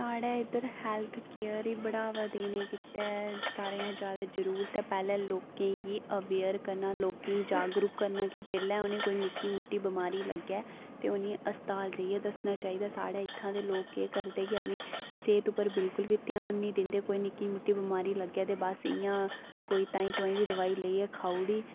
साढ़े इद्धर health care गी बढ़ावा देने गित्तै सारें शा जैदा जरूरत ऐ पैह्लें लोकें गी अवेयर करना लोकें गी जागरूक करना कि जेल्लै उ'नेंगी कोई निक्की मुट्टी बमारी लग्गे ते उ'नेंगी अस्पताल जाइयै दस्सना चाहिदा साढ़े इत्थूं दे लोक केह् करदे कि अपनी सेह्त उप्पर बिल्कुल बी ध्यान नेईं दिंदे कोई निक्की मुट्टी बमारी लग्गे ते बस इ'यां कोई ताहीं तोहाईं दी दोआई लेइयै खाई ओड़ी